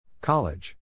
College